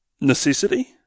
necessity